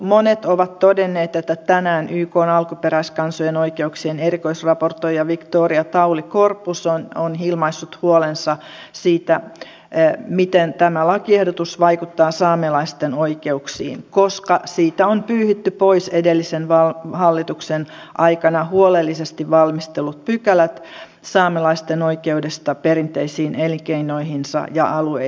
monet ovat todenneet että tänään ykn alkuperäiskansojen oikeuksien erikoisraportoija victoria tauli corpuz on ilmaissut huolensa siitä miten tämä lakiehdotus vaikuttaa saamelaisten oikeuksiin koska siitä on pyyhitty pois edellisen hallituksen aikana huolellisesti valmistellut pykälät saamelaisten oikeudesta perinteisiin elinkeinoihinsa ja alueisiinsa